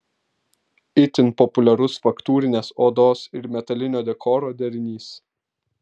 itin populiarus faktūrinės odos ir metalinio dekoro derinys